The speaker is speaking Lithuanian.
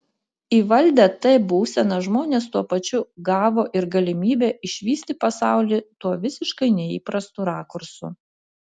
įvaldę t būseną žmonės tuo pačiu gavo ir galimybę išvysti pasaulį tuo visiškai neįprastu rakursu